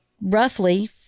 roughly